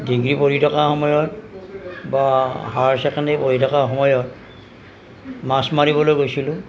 degree পঢ়ি থকা সময়ত বা হায়াৰ ছেকেণ্ডাৰী পঢ়ি থকা সময়ত মাছ মাৰিবলৈ গৈছিলোঁ